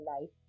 life